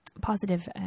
positive